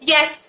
Yes